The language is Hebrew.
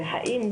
והאם,